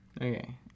Okay